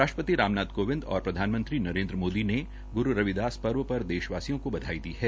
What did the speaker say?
राष्ट्रपति रामनाथ कोविंद और प्रधानमंत्री नरेन्द्र मोदी ने ग्रू रविदास पर्व पर देशवासियों को बधाई दी है